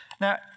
Now